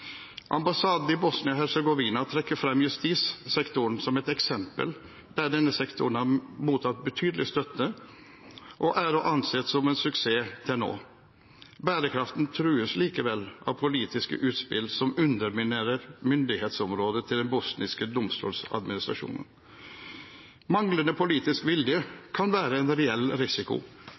trekker frem justissektoren som et eksempel. Denne sektoren har mottatt betydelig støtte og er å anse som en suksess til nå. Bærekraften trues likevel av politiske utspill som underminerer myndighetsområdet til den bosniske domstoladministrasjonen. Manglende politisk vilje kan være en reell risiko